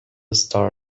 start